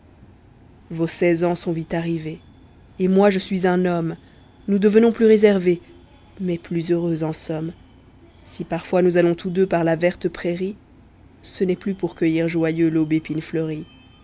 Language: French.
vos seize ans sont vite arrivés et moi je suis un homme nous devenons plus réservés mais plus heureux en somme si parfois nous allons tous deux par la verte prairie ce n'est plus pour cueillir joyeux l'aubépine fleurie